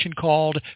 called